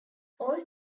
all